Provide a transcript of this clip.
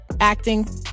acting